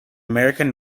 american